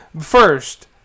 first